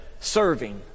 serving